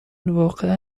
واقعا